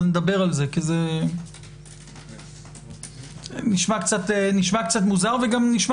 נדבר על זה כי זה נשמע קצת מוזר וגם נשמע